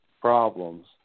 problems